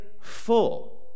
full